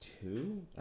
two